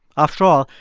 after all,